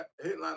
headline